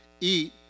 eat